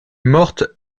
morte